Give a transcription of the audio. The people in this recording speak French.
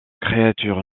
créatures